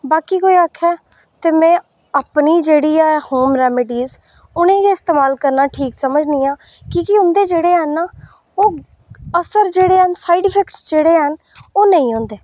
बाकी कोई आक्खै में अपनी जेहड़ी ऐ होम रेमिडीस उ'नें गी गै इस्तेमाल करना ठीक समझनी आं कि उं'दे जेहड़े ऐ ना असर जेहड़े हैन साइड इफैक्ट जेहड़े हैन ओह् नेईं होंदे